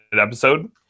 episode